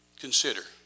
consider